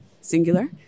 singular